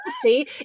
see